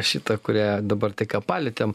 šita kurią dabar tik ką palietėm